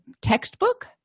textbook